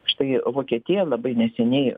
štai vokietija labai neseniai